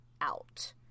out